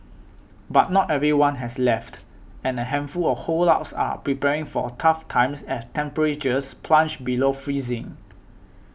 but not everyone has left and a handful of holdouts are preparing for tough times as temperatures plunge below freezing